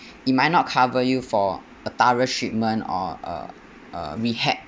it might not cover you for a thorough treatment or uh uh rehab